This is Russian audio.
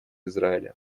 израиля